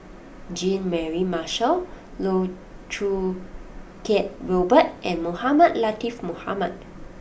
Jean Mary Marshall Loh Choo Kiat Robert and Mohamed Latiff Mohamed